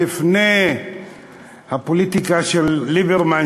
לפני הפוליטיקה של ליברמן,